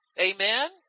Amen